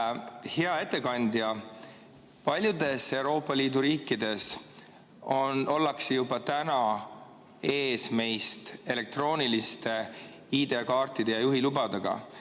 Hea ettekandja! Paljudes Euroopa Liidu riikides ollakse juba meist ees elektrooniliste ID‑kaartide ja juhilubadega.